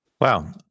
Wow